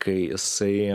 kai jisai